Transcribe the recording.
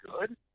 good